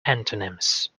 antonyms